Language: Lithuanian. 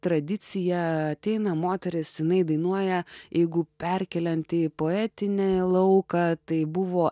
tradicija ateina moteris jinai dainuoja jeigu perkeliant į poetinį lauką tai buvo